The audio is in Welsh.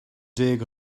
deg